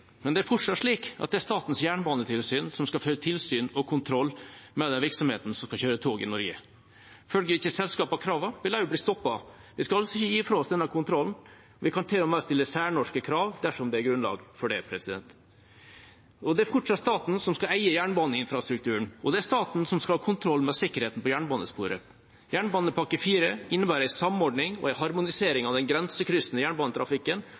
Men det er fortsatt slik at det er Statens jernbanetilsyn som skal føre tilsyn og kontroll med de virksomhetene som skal kjøre tog i Norge. Følger ikke selskapene kravene, vil de bli stoppet. Vi skal altså ikke gi fra oss denne kontrollen. Vi kan til og med stille særnorske krav dersom det er grunnlag for det. Det er fortsatt staten som skal eie jernbaneinfrastrukturen, og det er staten som skal ha kontroll med sikkerheten på jernbanesporet. Jernbanepakke IV innebærer en samordning og en harmonisering av den grensekryssende jernbanetrafikken